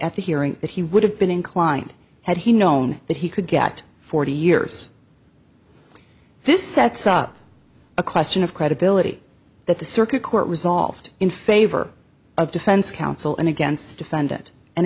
at the hearing that he would have been inclined had he known that he could get forty years this sets up a question of credibility that the circuit court resolved in favor of defense counsel and against defended and